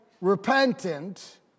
repentant